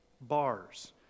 bars